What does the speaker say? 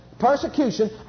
persecution